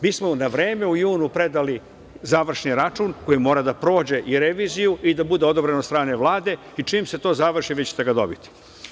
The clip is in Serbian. Mi smo na vreme u junu predali završni račun, koji mora da prođe i reviziju i da bude odobren od strane Vlade i čim se to završi, vi ćete ga dobiti.